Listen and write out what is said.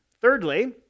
Thirdly